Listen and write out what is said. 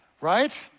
right